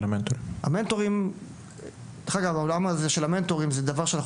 דרך אגב העולם של המנטורים זה דבר שאנחנו